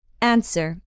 Answer